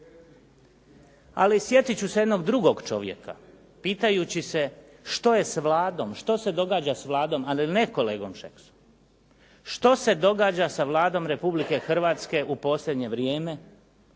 ali sjetit ću se jednog drugog čovjeka pitajući se što je s Vladom, što se događa s Vladom ali ne kolegom Šeksom, što se događa sa Vladom Republike Hrvatske u posljednje vrijeme